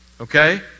Okay